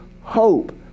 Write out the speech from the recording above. hope